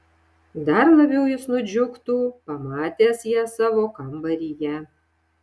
dar labiau jis nudžiugtų pamatęs ją savo kambaryje